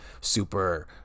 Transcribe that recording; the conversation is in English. super